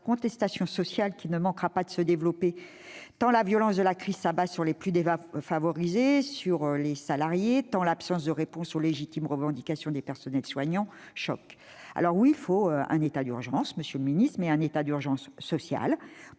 contestation sociale qui ne manquera pas de se développer, tant la violence de la crise s'abat sur les plus défavorisés, sur les salariés, tant l'absence de réponse aux légitimes revendications des personnels soignants choque ? Oui, il faut un état d'urgence, monsieur le secrétaire d'État, mais un état d'urgence sociale,